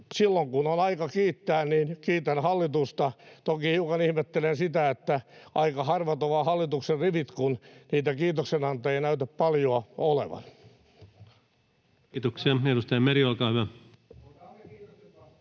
silloin kun on aika kiittää, kiitän hallitusta. Toki hiukan ihmettelen sitä, että aika harvat ovat hallituksen rivit, kun niitä kiitoksen antajia ei näytä paljoa olevan. [Aki Lindén: Otamme kiitokset